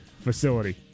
facility